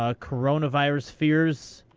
ah coronavirus fears.